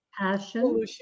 Passion